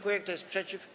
Kto jest przeciw?